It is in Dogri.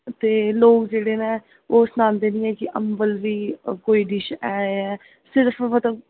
ते लोक जेह्ड़े ने ओह् सनांदे न कि अम्बल बी कोई डिश ऐ ऐ सिर्फ मतलब